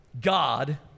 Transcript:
God